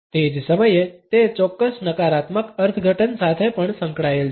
તે જ સમયે તે ચોક્કસ નકારાત્મક અર્થઘટન સાથે પણ સંકળાયેલ છે